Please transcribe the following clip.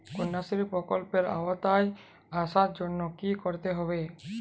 কন্যাশ্রী প্রকল্পের আওতায় আসার জন্য কী করতে হবে?